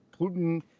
Putin